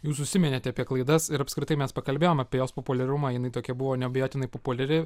jūs užsiminėte apie klaidas ir apskritai mes pakalbėjom apie jos populiarumą jinai tokia buvo neabejotinai populiari